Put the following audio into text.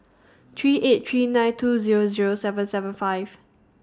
three eight three nine two Zero Zero seven seven five